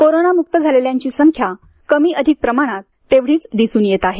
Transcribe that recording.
कोरोनामुक्त झालेल्यांची संख्या कमी अधिक प्रमाणात तेवढीच दिसून येत आहे